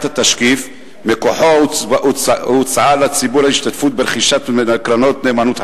התשקיף שמכוחו הוצעה לציבור ההשתתפות ברכישת קרנות נאמנות חדשות.